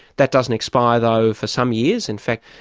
that doesn't expire, though, for some years. in fact,